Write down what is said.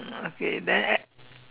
okay then